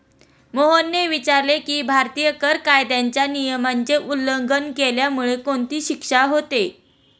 मोहनने विचारले की, भारतीय कर कायद्याच्या नियमाचे उल्लंघन केल्यामुळे कोणती शिक्षा होते?